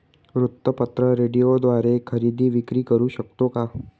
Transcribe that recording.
वृत्तपत्र, रेडिओद्वारे खरेदी विक्री करु शकतो का?